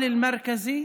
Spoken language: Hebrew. לקואליציה.